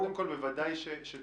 קודם כול, בוודאי שצריכים לשבת.